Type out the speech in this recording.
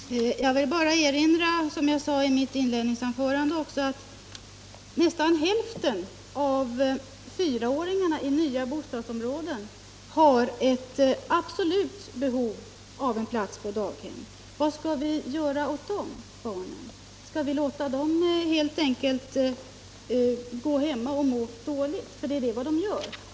Herr talman! Jag vill bara erinra om — vilket jag också sade i mitt inledningsanförande — att nästan hälften av fyraåringarna i nya bostadsområden har ett absolut behov av en plats på daghem. Vad skall vi göra åt de barnen? Skall vi låta dem helt enkelt gå hemma och må dåligt, för det är vad de gör?